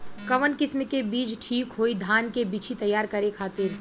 कवन किस्म के बीज ठीक होई धान के बिछी तैयार करे खातिर?